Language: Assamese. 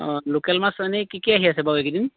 অঁ লোকেল মাছ এনেই কি কি আহি আছে বাৰু এই কেইদিন